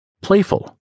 playful